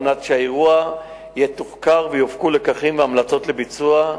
על מנת שהאירוע יתוחקר ויופקו לקחים והמלצות לביצוע,